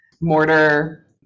mortar